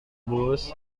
bus